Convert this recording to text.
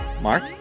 Mark